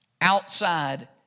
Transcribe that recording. Outside